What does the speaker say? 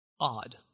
Odd